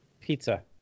Pizza